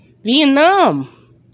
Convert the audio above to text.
Vietnam